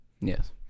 Yes